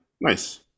Nice